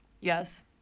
Yes